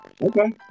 Okay